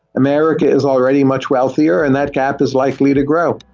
america is already much wealthier and that cap is likely to grow,